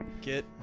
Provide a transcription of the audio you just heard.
Get